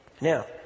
Now